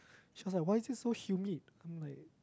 she was like why is it so humid I'm like